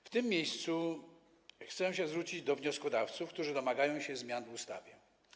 W tym miejscu chcę zwrócić się do wnioskodawców, którzy domagają się zmian w ustawie.